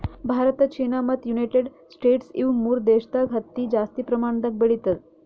Bharat China ಮತ್ತ್ United States ಇವ್ ಮೂರ್ ದೇಶದಾಗ್ ಹತ್ತಿ ಜಾಸ್ತಿ ಪ್ರಮಾಣದಾಗ್ ಬೆಳಿತದ್